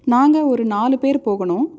நாங்கள் ஒரு நாலு பேர் போகணும்